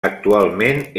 actualment